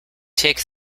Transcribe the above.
take